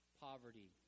Poverty